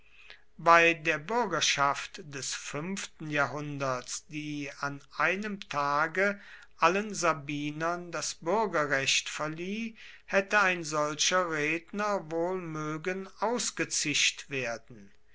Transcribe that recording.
bei der bürgerschaft des fünften jahrhunderts die an einem tage allen sabinern das bürgerrecht verlieh hätte ein solcher redner wohl mögen ausgezischt werden